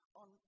on